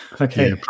Okay